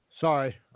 Sorry